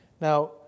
Now